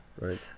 Right